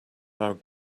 our